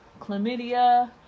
chlamydia